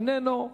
איננו,